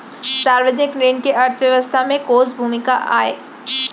सार्वजनिक ऋण के अर्थव्यवस्था में कोस भूमिका आय?